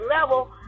level